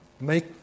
Make